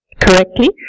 correctly